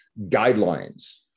guidelines